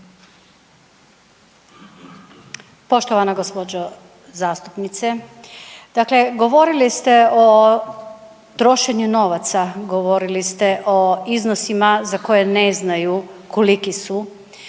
Poštovana gđo. zastupnice. Dakle, govorili ste o trošenju novaca, govorili ste o iznosima za koje ne znaju koliki su,